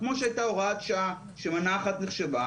כמו שהייתה הוראת שעה שמנה אחת נחשבה,